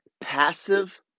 passive